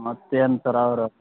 ಮತ್ತೇನು ಸರ್ ಅವ್ರ